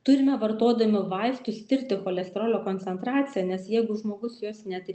turime vartodami vaistus tirti cholesterolio koncentraciją nes jeigu žmogus jos net ir